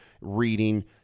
reading